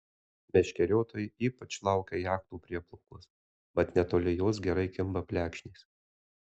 meškeriotojai ypač laukia jachtų prieplaukos mat netoli jos gerai kimba plekšnės